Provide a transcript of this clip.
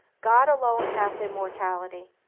god alone hath immortality,